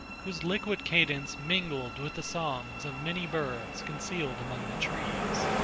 whose liquid cadence mingled with the songs of many birds concealed among the trees.